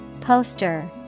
Poster